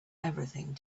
everything